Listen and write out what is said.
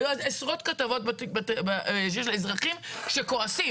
היו אז עשרות כתבות של אזרחים שכועסים.